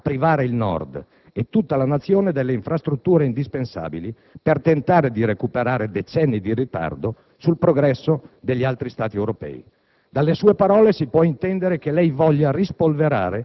che non vi saranno ritardi che porterebbero inevitabilmente a privare il Nord e tutta la Nazione delle infrastrutture indispensabili per tentare di recuperare decenni di ritardo sul progresso degli altri Stati europei.